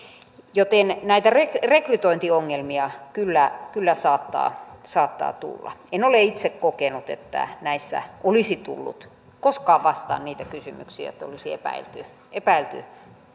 joten näitä rekrytointiongelmia kyllä kyllä saattaa saattaa tulla en ole itse kokenut että näissä olisi tullut koskaan vastaan niitä kysymyksiä että olisi epäilty